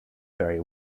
very